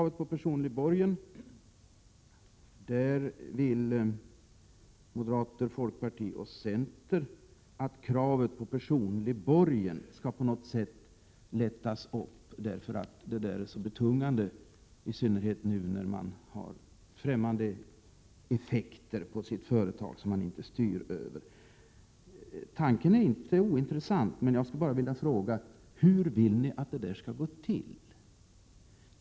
1987/88:115 personlig borgen på något sätt skall lättas upp, därför att det är så betungande, i synnerhet när företagen nu utsätts för fftämmande effekter som de inte styr över. Tanken är inte ointressant, men jag vill fråga: Hur vill ni att det skall gå till?